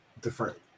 different